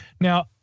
Now